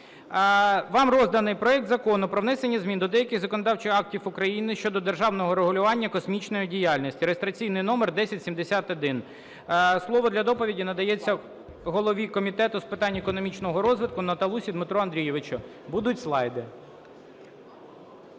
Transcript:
Вам розданий проект Закону про внесення змін до деяких законодавчих актів України щодо державного регулювання космічної діяльності (реєстраційний номер 1071). Слово для доповіді надається голові Комітету з питань економічного розвитку Наталусі Дмитру Андрійовичу. Будуть слайди.